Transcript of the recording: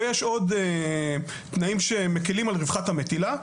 ויש עוד תנאים שמקלים על רווחת המטילה.